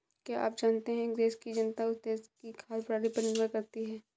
क्या आप जानते है एक देश की जनता उस देश की खाद्य प्रणाली पर निर्भर करती है?